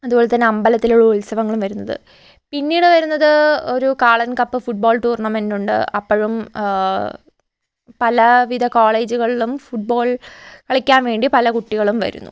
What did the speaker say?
അതുപോലെ തന്നെ അമ്പലത്തിലെ ഉത്സവങ്ങളും വരുന്നത് പിന്നീട് വരുന്നത് ഒരു കാളൻ കപ്പ് ഫുട്ബോൾ ടൂണമെൻ്റുണ്ട് അപ്പഴും പലവിധ കോളേജുകളിലും ഫുട്ബോൾ കളിക്കാൻ വേണ്ടി പല കുട്ടികളും വരുന്നു